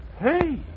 Hey